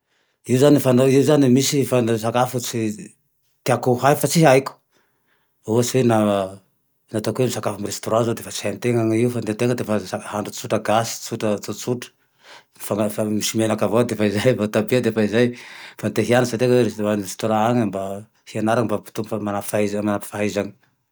Io zane fa naho io zane misy fa- sakafo fa tsy- tiako ho hay fa tsy haiko. Ohatsy hoe na ataoko ho misakafo amin'ny restaurant zao dia efa tsy hain-tegna anie io fa ny antegna dia efa nahandro tsotra gasy, tsotra tsotsotra. Fa lafa misy menaka avao dia efa zay, vôtabia dia efa zay. Fa te hianatsy tena hoe handeha restaurant agne mba hianara mba hampitombo fana-fahaiza-fahaizagne.